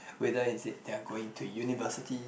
whether is it they are going to univeristy